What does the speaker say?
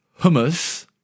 hummus